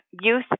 youth